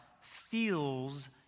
feels